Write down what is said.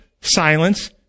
silence